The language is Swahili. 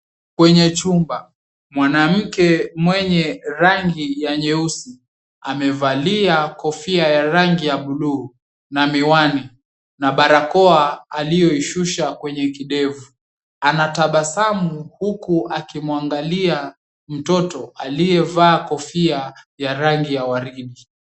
Kwenye chumba, mwanamke mwenye rangi ya nyeusi, amevalia kofia ya rangi ya buluu na miwani na barakoa aliyoishusha kwenye kidevu. Anatabasamu huku akimuangalia mtoto aliyevaa kofia ya rangi ya waridi.